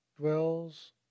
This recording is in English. dwells